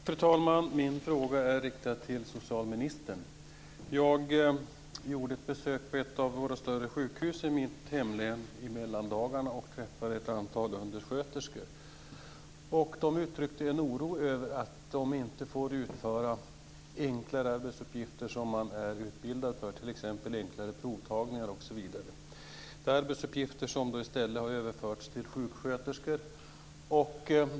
Fru talman! Min fråga är riktad till socialministern. Jag gjorde ett besök på ett av våra större sjukhus i mitt hemlän i mellandagarna och träffade ett antal undersköterskor. De uttryckte en oro över att de inte får utföra enklare arbetsuppgifter som de är utbildade för, t.ex. enklare provtagningar. Det är arbetsuppgifter som i stället har överförts till sjuksköterskor.